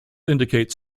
indicate